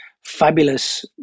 fabulous